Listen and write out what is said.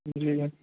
جی